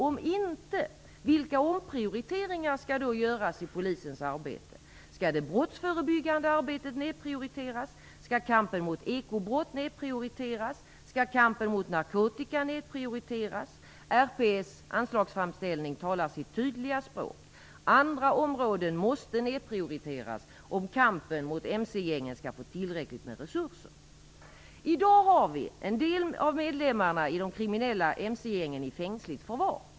Om inte, vilka omprioriteringar skall då göras i Polisens arbete? Skall det brottsförebyggande arbetet nedprioriteras? Skall kampen mot ekobrott nedprioriteras? Skall kampen mot narkotika nedprioriteras? RPS anslagsframställning talar sitt tydliga språk. Andra områden måste nedprioriteras om kampen mot mc-gängen skall få tillräckligt med resurser. I dag är en del av medlemmarna i de kriminella mc-gängen i fängsligt förvar.